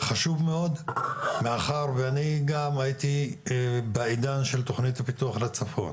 חשוב מאוד מאחר ואני גם הייתי בעידן של תוכנית הפיתוח לצפון